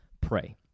Pray